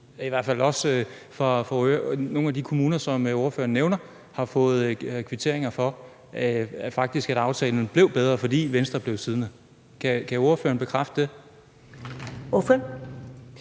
her, og at vi fra nogle af de kommuner, som ordføreren nævner, har fået kvitteringer om, at aftalen faktisk blev bedre, fordi Venstre blev siddende? Kan ordføreren bekræfte det? Kl.